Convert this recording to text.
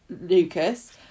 Lucas